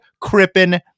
Crippen